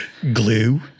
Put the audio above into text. glue